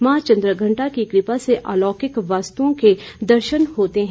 मां चंद्रघंटा की कृपा से अलौकिक वस्तुओं के दर्शन होते हैं